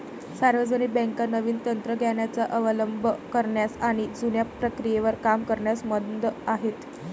सार्वजनिक बँका नवीन तंत्र ज्ञानाचा अवलंब करण्यास आणि जुन्या प्रक्रियेवर काम करण्यास मंद आहेत